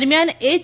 દરમિયાન એય